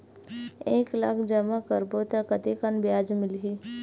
एक लाख जमा करबो त कतेकन ब्याज मिलही?